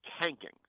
tanking